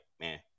man